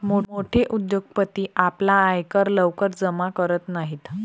मोठे उद्योगपती आपला आयकर लवकर जमा करत नाहीत